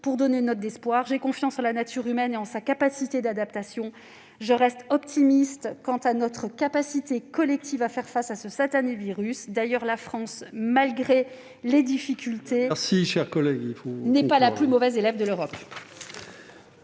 leurs voeux. J'ai confiance en la nature humaine et en sa capacité d'adaptation. Je reste optimiste quant à notre capacité collective à faire face à ce satané virus. D'ailleurs, la France, malgré les difficultés, n'est pas la plus mauvaise élève de l'Europe.